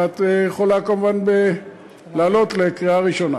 ואת יכולה כמובן לעלות בדיון בקריאה הראשונה.